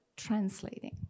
translating